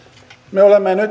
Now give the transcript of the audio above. me olemme nyt